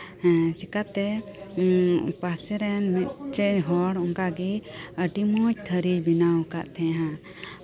ᱦᱮᱸ ᱪᱤᱠᱟᱛᱮ ᱮᱫ ᱯᱟᱥᱮᱨᱮᱱ ᱢᱤᱫᱴᱟᱝ ᱦᱚᱲ ᱚᱱᱠᱟ ᱜᱮ ᱟᱹᱰᱤ ᱢᱚᱸᱡᱽ ᱛᱷᱟᱹᱨᱤᱭ ᱵᱮᱱᱟᱣ ᱟᱠᱟᱫ ᱛᱟᱦᱮᱸᱫᱼᱟ